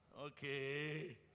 Okay